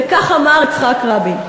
וכך אמר יצחק רבין: